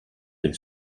del